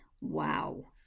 Wow